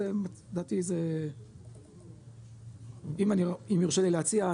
לדעתי אם יורשה לי להציע,